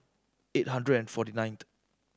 eight hundred and forty nineth